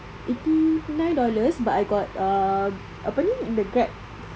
eighty nine dollars but I got ah apa ini in the GrabFood